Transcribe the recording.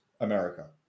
America